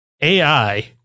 AI